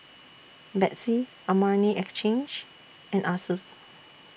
Betsy Armani Exchange and Asus